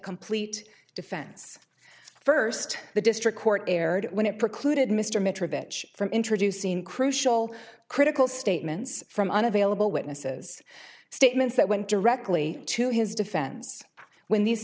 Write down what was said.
complete defense first the district court erred when it precluded mr metra bitch from introducing crucial critical statements from unavailable witnesses statements that went directly to his defense when these